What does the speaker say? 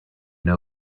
know